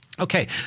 Okay